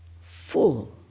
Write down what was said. full